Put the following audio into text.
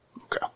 Okay